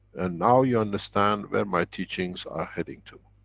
and now you understand where my teachings are heading to.